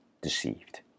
deceived